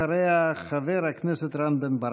ואחריה, חבר הכנסת רם בן ברק.